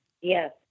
Yes